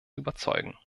überzeugen